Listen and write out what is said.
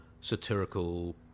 satirical